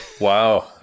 wow